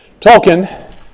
Tolkien